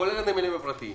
כולל הפרטיים.